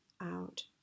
out